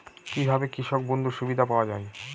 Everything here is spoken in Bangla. কি ভাবে কৃষক বন্ধুর সুবিধা পাওয়া য়ায়?